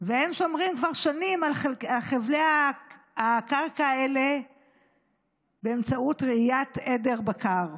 והם שומרים כבר שנים על חלקי הקרקע האלה באמצעות רעיית עדר בקר.